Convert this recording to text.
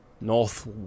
north